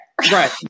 Right